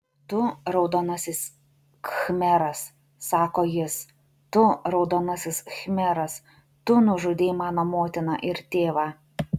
tu raudonasis khmeras sako jis tu raudonasis khmeras tu nužudei mano motiną ir tėvą